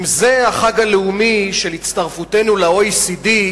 אם זה החג הלאומי של הצטרפותנו ל-OECD,